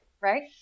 right